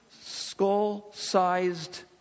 skull-sized